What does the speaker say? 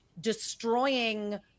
destroying